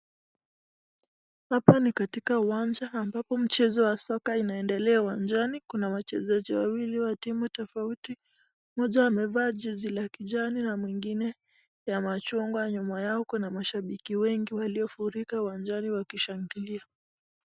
Hapa ni katika uwanja ambapo mchezo wa soka unaendelea uwanjani. Kuna wachezaji wawili wa timu tofauti, mmoja amevaa jezi la kijani na mwingine ya machungwa. Nyuma yao kuna mashambiki wengi waliofurika uwanjani wakishangilia.